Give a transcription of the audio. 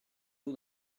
tôt